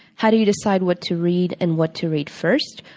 how do you decide what to read and what to read first?